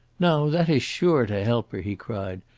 now that is sure to help her! he cried.